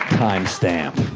timestamp.